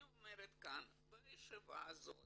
אני אומרת כאן בישיבה הזאת